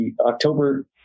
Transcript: October